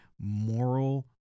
moral